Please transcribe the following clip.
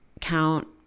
count